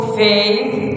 faith